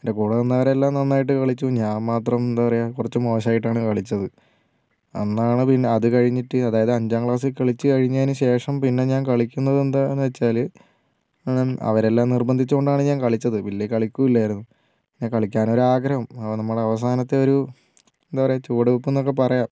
എന്റെ കൂടെ നിന്നവരെല്ലാം നന്നായിട്ട് കളിച്ചു ഞാൻ മാത്രം എന്താ പറയുക കുറച്ച് മോശമായിട്ടാണ് കളിച്ചത് അന്നാണ് പിന്നെ അതുകഴിഞ്ഞിട്ട് അതായത് അഞ്ചാം ക്ലാസ്സിൽ കളിച്ചു കഴിഞ്ഞതിനു ശേഷം പിന്നെ ഞാൻ കളിക്കുന്നത് എന്താണെന്നു വച്ചാൽ അവരെല്ലാം നിർബന്ധിച്ചതുകൊണ്ടാണ് ഞാൻ കളിച്ചത് ഇല്ലെങ്കിൽ കളിക്കില്ലായിരുന്നു പിന്നെ കളിക്കാനൊരു ആഗ്രഹം അപ്പോൾ നമ്മുടെ അവസാനത്തെ ഒരു എന്താ പറയുക ചുവടുവെപ്പ് എന്നൊക്കെ പറയാം